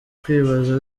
kwibaza